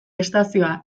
estazioa